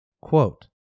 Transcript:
Quote